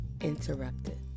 Interrupted